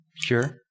Sure